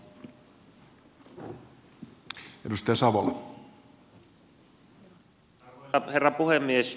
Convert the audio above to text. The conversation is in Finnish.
arvoisa herra puhemies